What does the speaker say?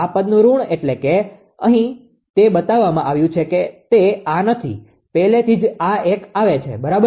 આ પદનુ ઋણ એટલે કે અહીં તે બતાવવામાં આવ્યું છે કે તે આ નથી પહેલેથી જ આ એક આવે છે બરાબર